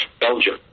Belgium